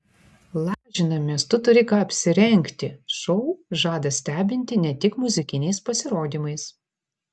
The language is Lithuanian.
lažinamės tu turi ką apsirengti šou žada stebinti ne tik muzikiniais pasirodymais